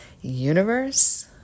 Universe